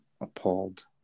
appalled